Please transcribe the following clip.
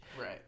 Right